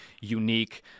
unique